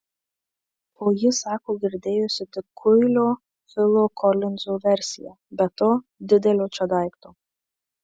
o ji sako girdėjusi tik kuilio filo kolinzo versiją be to didelio čia daikto